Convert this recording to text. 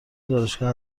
دانشگاه